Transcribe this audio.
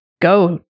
go